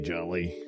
Jolly